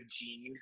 gene